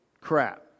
crap